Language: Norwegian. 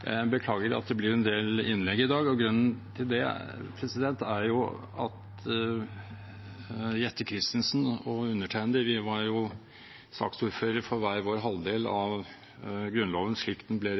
Jeg beklager at det blir en del innlegg i dag. Grunnen til det er at representanten Jette Christensen og undertegnede var saksordfører for hver vår halvdel av Grunnloven slik den ble